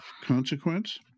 consequence